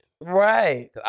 Right